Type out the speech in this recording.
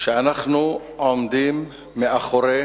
שאנחנו עומדים מאחורי